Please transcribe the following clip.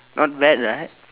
not bad right